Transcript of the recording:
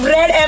Red